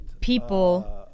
people